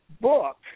book